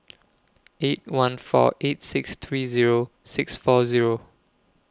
eight one four eight six three Zero six four Zero